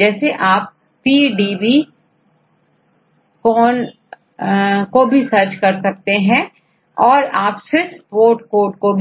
जैसे आपPDB कौन को भी यहां पर सर्च कर सकते हैं यहां आपSwiss Portकोड